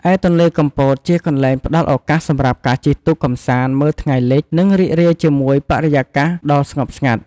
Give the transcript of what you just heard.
ឯទន្លេកំពត ជាកន្លែងផ្តល់ឱកាសសម្រាប់ការជិះទូកកម្សាន្ត មើលថ្ងៃលិច និងរីករាយជាមួយបរិយាកាសដ៏ស្ងប់ស្ងាត់។